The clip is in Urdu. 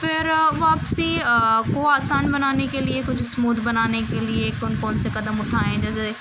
پھر واپسی کو آسان بنانے کے لیے کچھ اسموتھ بنانے کے لیے کون کون سے قدم اٹھائیں جیسے